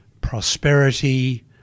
prosperity